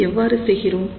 இதை எவ்வாறு செய்கிறோம்